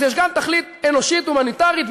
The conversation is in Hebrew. אז יש גם תכלית אנושית הומניטרית,